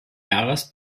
jahres